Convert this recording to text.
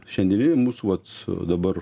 šiandieninė mūsų vat dabar